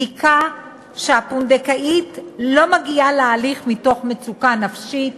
בדיקה שהפונדקאית לא מגיעה להליך מתוך מצוקה נפשית